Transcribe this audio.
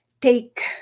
take